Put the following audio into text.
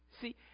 See